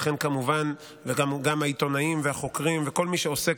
וגם העיתונאים והחוקרים וכל מי שעוסק